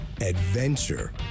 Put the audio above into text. Adventure